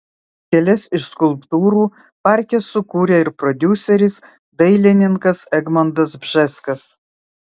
kelias iš skulptūrų parke sukūrė ir prodiuseris dailininkas egmontas bžeskas